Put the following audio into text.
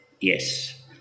yes